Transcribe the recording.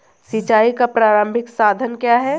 सिंचाई का प्रारंभिक साधन क्या है?